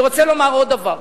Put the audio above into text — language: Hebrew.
אני רוצה לומר עוד דבר: